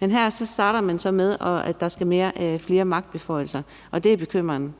Her starter man så med, at der skal være flere magtbeføjelser, og det er bekymrende.